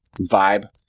vibe